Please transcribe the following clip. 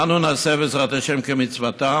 אנו נעשה, בעזרת השם, כמצוותם,